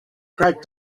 crack